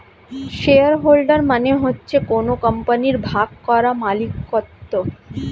share holder মানে হচ্ছে কোন কোম্পানির ভাগ করা মালিকত্ব